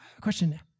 question